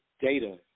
data